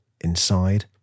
Inside